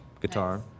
guitar